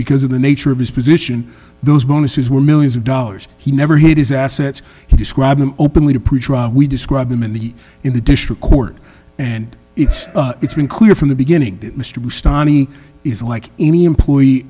because of the nature of his position those bonuses were millions of dollars he never hid his assets he described them openly to prove we describe them in the in the district court and it's it's been clear from the beginning that mr bustani is like any employee